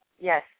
Yes